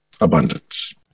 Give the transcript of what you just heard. abundance